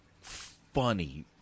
funny